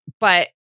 but-